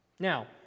Now